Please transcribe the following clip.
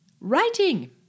writing